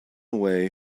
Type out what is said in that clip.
way